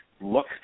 look